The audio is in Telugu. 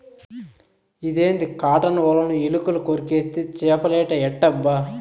ఇదేంది కాటన్ ఒలను ఎలుకలు కొరికేస్తే చేపలేట ఎట్టబ్బా